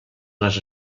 les